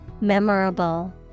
Memorable